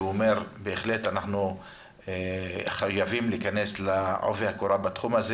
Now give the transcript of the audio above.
שאומר שבהחלט חייבים להיכנס לעובי הקורה בתחום הזה